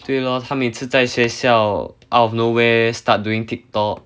对 lor 他每次在学校 out of nowhere start doing tiktok